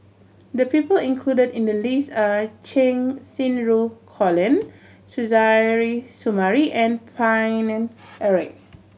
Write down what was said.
the people included in the list are Cheng Xinru Colin Suzairhe Sumari and Paine Eric